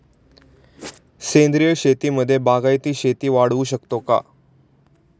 सेंद्रिय शेतीमध्ये बागायती शेती वाढवू शकतो का?